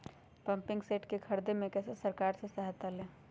Pumping set के ख़रीदे मे कैसे सरकार से सहायता ले?